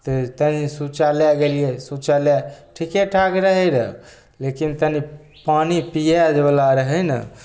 तऽ तनि शौचालय गेलिए शौचालय ठीके ठाक रहै रऽ लेकिन तनि पानी पिएवला जे रहै ने